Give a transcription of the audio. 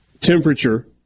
temperature